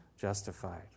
justified